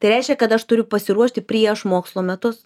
tai reiškia kad aš turiu pasiruošti prieš mokslo metus